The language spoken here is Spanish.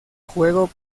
juego